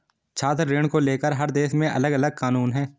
छात्र ऋण को लेकर हर देश में अलगअलग कानून है